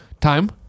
Time